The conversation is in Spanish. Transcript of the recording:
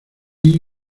lee